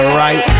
right